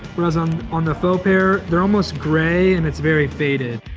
whereas on on the faux pair, they're almost gray, and it's very faded.